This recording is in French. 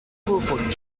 pauvre